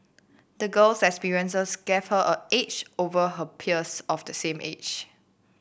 the girl's experiences gave her an edge over her peers of the same age